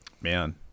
Man